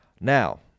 Now